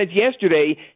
yesterday